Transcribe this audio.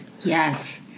yes